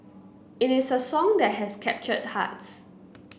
it is a song that has captured hearts